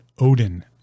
Odin